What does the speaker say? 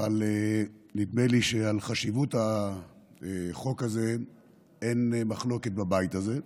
אבל נדמה לי שעל חשיבות החוק הזה אין מחלוקת בבית הזה.